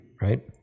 right